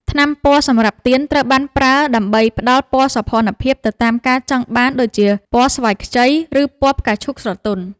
ថ្នាំពណ៌សម្រាប់ទៀន ត្រូវបានប្រើដើម្បីផ្ដល់ពណ៌សោភ័ណភាពទៅតាមការចង់បាន ដូចជាពណ៌ស្វាយខ្ចី ឬពណ៌ផ្កាឈូកស្រទន់។